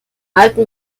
alten